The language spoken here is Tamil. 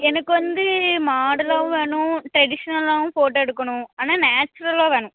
எனக்கு வந்து மாடலாகவும் வேணும் ட்ரெடிஸ்னல்லாகவும் ஃபோட்டோ எடுக்கணும் ஆனால் நேச்சுரலாக வேணும்